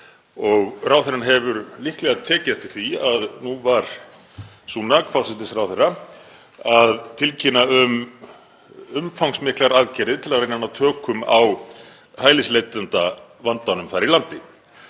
og ráðherrann hefur líklega tekið eftir því að nú var Sunak forsætisráðherra að tilkynna um umfangsmiklar aðgerðir til að reyna að ná tökum á hælisleitendavandanum þar í landi.